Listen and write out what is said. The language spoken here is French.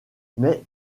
mais